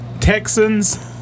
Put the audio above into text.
Texans